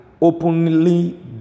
openly